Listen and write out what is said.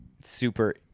super